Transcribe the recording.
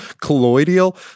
Colloidal